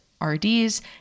RDs